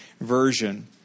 Version